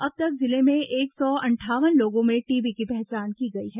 अब तक जिले में एक सौ अंठावन लोगों में टीबी की पहचान की गई है